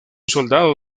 soldado